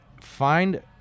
find